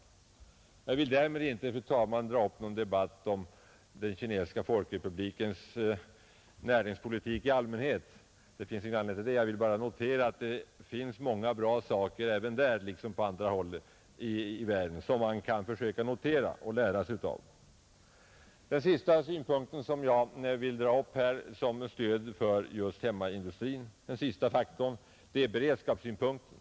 Jag vill därmed, fru talman, inte dra upp någon debatt om den kinesiska folkrepublikens näringspolitik i allmänhet — det finns ingen anledning härtill — utan vill bara notera att det finns många bra saker även där, liksom på andra håll i världen, som man kan försöka lära sig något av. Den sista faktor jag vill nämna som ett skäl för en förstärkning av hemmaindustrin är beredskapssynpunkten.